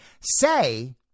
say